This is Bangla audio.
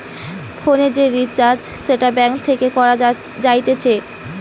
ফোনের যে রিচার্জ সেটা ব্যাঙ্ক থেকে করা যাতিছে